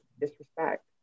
disrespect